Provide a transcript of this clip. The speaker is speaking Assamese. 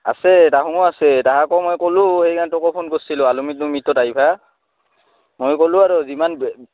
আছে তাহোনো আছে তাহাকো মই ক'লোঁ সেইকাৰণেইটো তোকো ফোন কৰছিলোঁ এলুমিনি মিটত আহিবা মই ক'লোঁ আৰু যিমান দূৰ